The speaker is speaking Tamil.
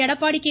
எடப்பாடி கே